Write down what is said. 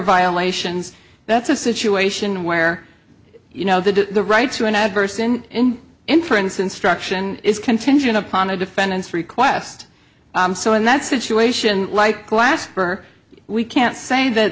violations that's a situation where you know the right to an adverse in inference instruction is contingent upon a defendant's request so in that situation like glasper we can't say that